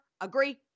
agree